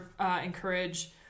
encourage